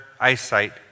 eyesight